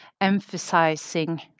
emphasizing